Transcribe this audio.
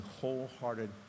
wholehearted